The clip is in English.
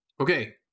okay